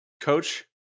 Coach